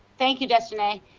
thank you, destiny.